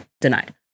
denied